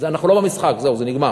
אנחנו לא במשחק, זהו, זה נגמר.